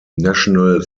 national